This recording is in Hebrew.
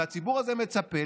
והציבור הזה מצפה,